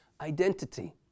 identity